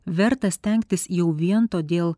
verta stengtis jau vien todėl